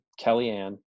Kellyanne